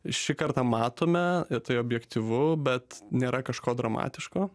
šį kartą matome ir tai objektyvu bet nėra kažko dramatiško